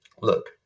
look